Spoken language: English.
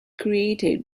created